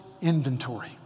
inventory